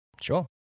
Sure